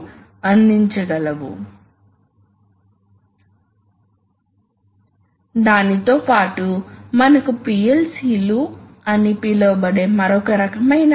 అదేవిధంగా మీరు అధిక ఫోర్స్ ని కలిగి ఉండాలనుకుంటే కొన్నిసార్లు మీరు ఈ సిలిండర్ ఏరియా ని పరిమాణ అవసరాల వల్ల లేదా వేగం అవసరాల వల్ల పెంచలేరు ఆ ఏరియా లో పెరుగుదల ఉంటే గాలి ప్రవహించడానికి ఎక్కువ సమయం పడుతుంది